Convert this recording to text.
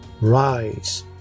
rise